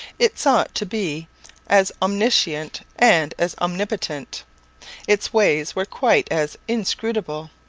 it sought to be as omniscient and as omnipotent its ways were quite as inscrutable.